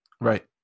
Right